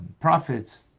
prophets